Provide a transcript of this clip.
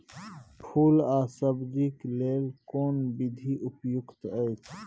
फूल आ सब्जीक लेल कोन विधी उपयुक्त अछि?